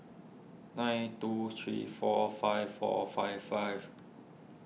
nine two three four five four five five